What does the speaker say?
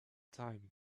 time